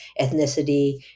ethnicity